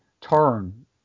turn